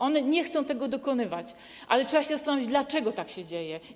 One nie chcą jej dokonywać, ale trzeba się zastanowić, dlaczego tak się dzieje.